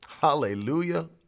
Hallelujah